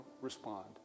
respond